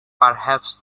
perhaps